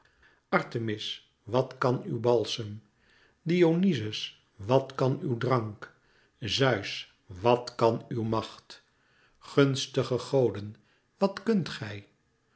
artemis wat kan uw balsem dionyzos wat kan uw drank zeus wat kan uw macht gunstige goden wàt kunt gij